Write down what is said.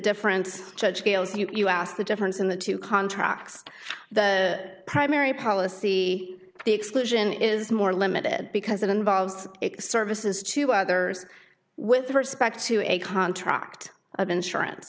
difference judge bails you ask the difference in the two contracts the primary policy the exclusion is more limited because it involves services to others with respect to a contract of insurance